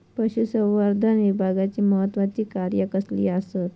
पशुसंवर्धन विभागाची महत्त्वाची कार्या कसली आसत?